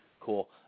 cool